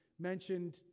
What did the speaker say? mentioned